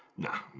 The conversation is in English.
no.